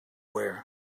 wear